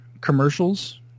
commercials –